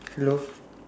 hello